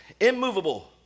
immovable